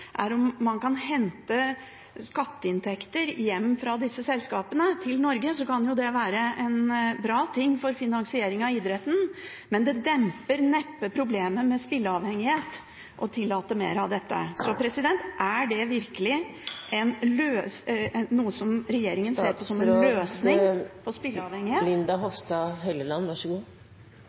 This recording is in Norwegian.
om man kan hente skatteinntekter fra disse selskapene hjem til Norge, kan jo det være en bra ting for finansiering av idretten, men det demper neppe problemet med spilleavhengighet å tillate mer av dette. Er det virkelig noe regjeringen ser på som en løsning på spilleavhengighet?